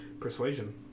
persuasion